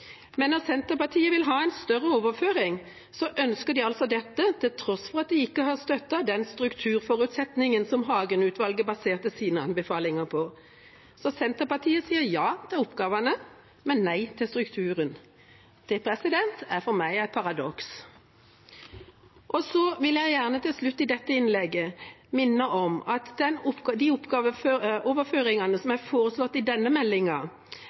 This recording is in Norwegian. Men når Senterpartiet vil ha en større overføring, ønsker de altså dette til tross for at de ikke har støttet den strukturforutsetningen som Hagen-utvalget baserte sine anbefalinger på. Så Senterpartiet sier ja til oppgavene, men nei til strukturen. Det er for meg et paradoks. Så vil jeg gjerne til slutt i dette innlegget minne om at de oppgaveoverføringene som er foreslått i denne